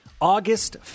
August